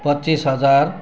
पच्चिस हजार